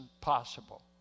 possible